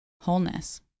wholeness